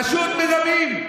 פשוט מרמים.